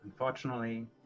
Unfortunately